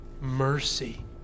mercy